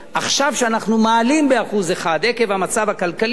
עכשיו, כשאנחנו מעלים ב-1% עקב המצב הכלכלי,